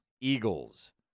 Eagles